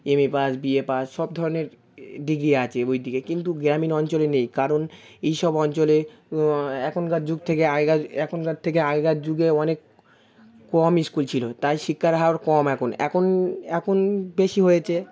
M A pass B A pass সব ধরনের degree আছে ওই দিকে কিন্তু গ্রামীণ অঞ্চলে নেই কারণ এই সব অঞ্চলে এখনকার যুগ থেকে আগেকার এখনকার থেকে আগেকার যুগে অনেক কম স্কুল ছিল তাই শিক্ষার হার কম এখন এখন এখন বেশি হয়েছে